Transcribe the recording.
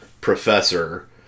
professor